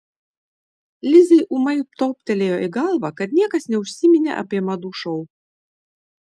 lizai ūmai toptelėjo į galvą kad niekas neužsiminė apie madų šou